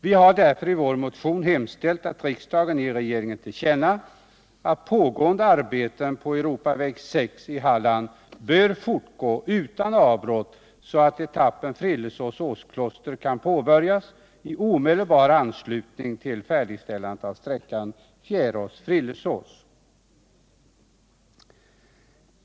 Vi har därför i vår motion hemställt att riksdagen ger regeringen till känna att pågående arbeten på Europaväg 6 i Halland bör fortgå utan avbrott så att etappen Frillesås-Åskloster kan påbörjas i omedelbar anslutning till färdigställandet av sträckan Fjärås-Frillesås.